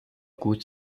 gut